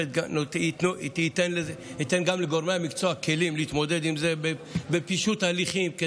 זה ייתן גם לגורמי המקצוע כלים להתמודד עם זה בפישוט הליכים.